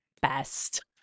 best